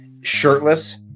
shirtless